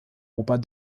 oper